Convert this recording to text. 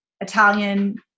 Italian